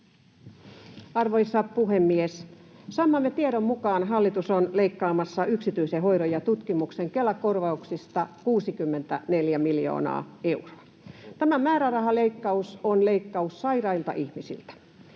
Arvoisa puhemies! Saamamme tiedon mukaan hallitus on leikkaamassa yksityisen hoidon ja tutkimuksen Kela-korvauksista 64 miljoonaa euroa. Tämä määrärahaleikkaus on leikkaus sairailta ihmisiltä.